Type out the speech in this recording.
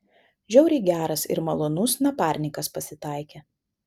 žiauriai geras ir malonus naparnikas pasitaikė